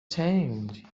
change